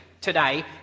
today